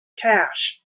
cash